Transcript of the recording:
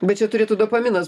bet čia turėtų dopaminas